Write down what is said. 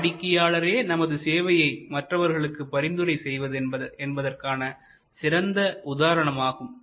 வாடிக்கையாளரே நமது சேவையை மற்றவர்களுக்கு பரிந்துரை செய்வது என்பதற்கான சிறந்த உதாரணம் ஆகும்